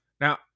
Now